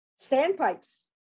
standpipes